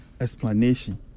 explanation